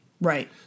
Right